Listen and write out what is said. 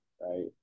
right